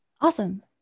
awesome